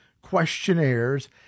questionnaires